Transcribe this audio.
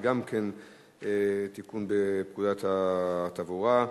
שגם היא תיקון בפקודת התעבורה,